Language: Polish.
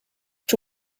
czy